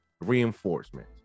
reinforcement